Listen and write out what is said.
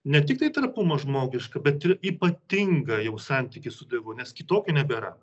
ne tiktai trapumą žmogišką bet ir ypatingą jau santykį su dievu nes kitokio nebėra